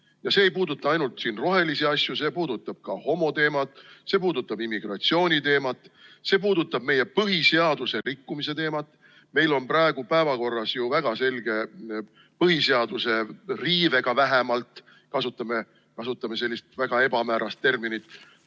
Ja see ei puuduta ainult rohelisi asju, see puudutab ka homoteemat, see puudutab immigratsiooniteemat, see puudutab meie põhiseaduse rikkumise teemat. Meil on praegu päevakorral väga selge põhiseaduse riivega – kasutame sellist väga ebamäärast terminit